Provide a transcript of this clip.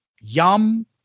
Yum